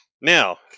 Now